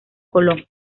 colón